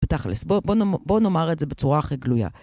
בתאכל'ס, בוא בוא נאמר את זה בצורה הכי גלויה.